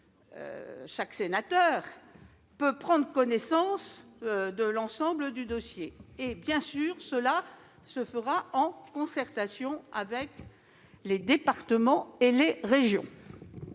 chaque sénateur, peut prendre connaissance de l'ensemble du dossier. Le processus évoluera en concertation avec les départements et les régions.